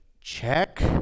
Check